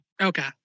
Okay